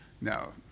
No